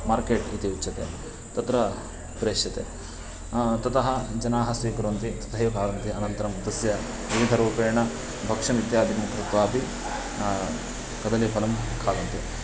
market इति उच्यते तत्र प्रेष्यते ततः जनाः स्वीकुर्वन्ति तथैव खादन्ति अनन्तरं तस्य विविधरूपेण भक्ष्यम् इत्यादिकं कृत्वा अपि कदलीफलं खादन्ति